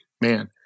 man